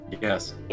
Yes